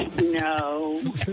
No